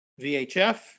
VHF